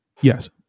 Yes